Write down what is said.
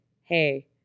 Hey